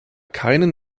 keinen